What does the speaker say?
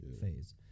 phase